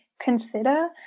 consider